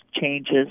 changes